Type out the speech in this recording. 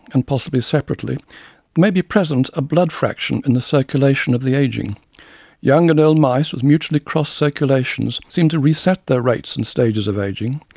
and possibly separately, there may be present a blood fraction in the circulation of the aging young and old mice, with mutually crossed circulations, seem to reset their rates and stages of aging,